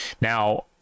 Now